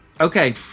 okay